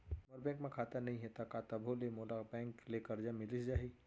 मोर bank म खाता नई हे त का तभो ले मोला बैंक ले करजा मिलिस जाही?